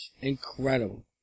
Incredible